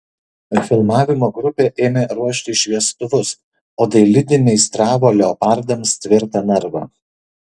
filmavimo grupė ėmė ruošti šviestuvus o dailidė meistravo leopardams tvirtą narvą